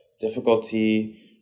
difficulty